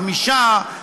גמישה,